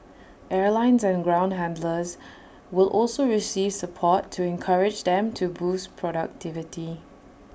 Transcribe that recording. airlines and ground handlers will also receive support to encourage them to boost productivity